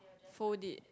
fold it